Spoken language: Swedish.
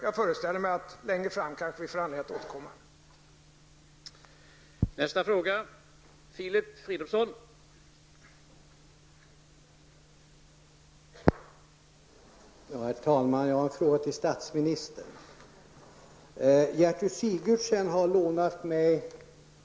Jag föreställer mig att vi kanske får anledning att återkomma till dessa saker längre fram.